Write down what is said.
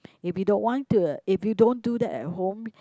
if you don't want to uh if you don't do that at home